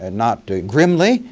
and not grimly,